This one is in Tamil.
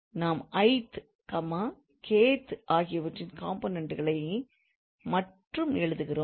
நாம் i th k th ஆகியவற்றின் காம்போனன்ட்களை மட்டும் எழுதுகிறோம்